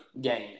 game